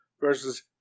Versus